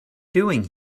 doing